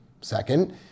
Second